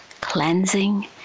cleansing